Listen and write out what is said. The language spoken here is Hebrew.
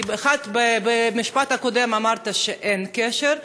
כי במשפט הקודם אמרת שאין קשר,